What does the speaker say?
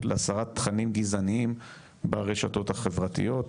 להסרת תכנים גזעניים ברשתות החברתיות.